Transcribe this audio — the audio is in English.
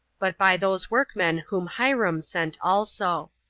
but by those workmen whom hiram sent also.